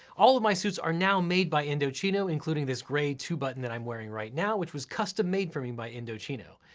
all of my suits are now made by indochino, including this gray two button that i'm wearing right now, which was custom made for me by indochino.